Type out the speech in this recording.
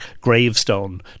gravestone